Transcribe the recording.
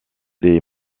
des